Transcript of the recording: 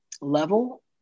level